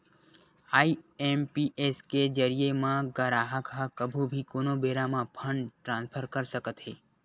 IMPS के जरिए म गराहक ह कभू भी कोनो बेरा म फंड ट्रांसफर कर सकत हे